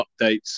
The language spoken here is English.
updates